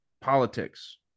politics